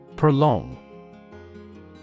Prolong